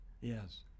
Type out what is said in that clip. Yes